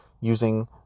using